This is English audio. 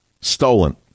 Stolen